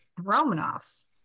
Romanovs